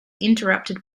interrupted